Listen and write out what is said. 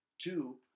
Two